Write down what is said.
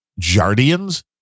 Jardians